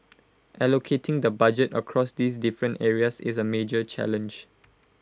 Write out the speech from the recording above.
allocating the budget across these different areas is A major challenge